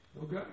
Okay